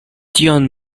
tion